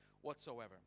whatsoever